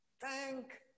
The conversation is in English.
Thank